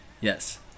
yes